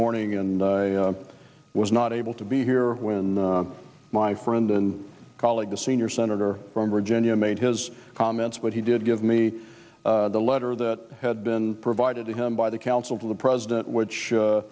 morning and i was not able to be here when my friend and colleague the senior senator from virginia made his comments but he did give me the letter that had been provided to him by the counsel to the president which